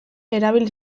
erabili